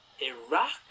Iraq